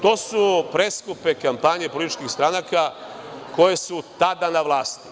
To su preskupe kampanje političkih stranaka koje su tada na vlasti.